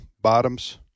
Bottoms